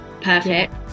perfect